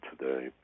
today